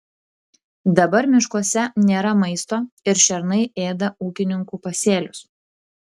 dabar miškuose nėra maisto ir šernai ėda ūkininkų pasėlius